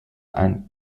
and